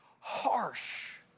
harsh